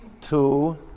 two